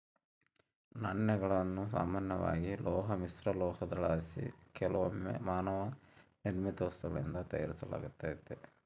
ನಾಣ್ಯಗಳನ್ನು ಸಾಮಾನ್ಯವಾಗಿ ಲೋಹ ಮಿಶ್ರಲೋಹುದ್ಲಾಸಿ ಕೆಲವೊಮ್ಮೆ ಮಾನವ ನಿರ್ಮಿತ ವಸ್ತುಗಳಿಂದ ತಯಾರಿಸಲಾತತೆ